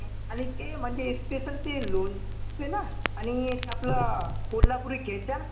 आणि ते म्हणजे स्पेशल ते लोणचं असते ना आणि ते आपलं कोल्हापुरी ठेचा